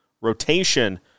rotation